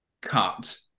cut